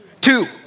Two